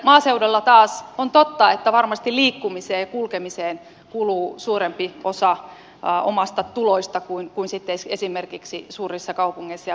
maaseudulla taas on totta että varmasti liikkumiseen ja kulkemiseen kuluu suurempi osa omista tuloista kuin sitten esimerkiksi suurissa kaupungeissa ja pääkaupunkiseudulla